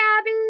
abby